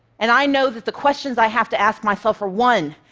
and i know that the questions i have to ask myself are one,